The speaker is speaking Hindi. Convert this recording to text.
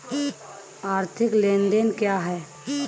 आर्थिक लेनदेन क्या है?